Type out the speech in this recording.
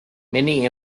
many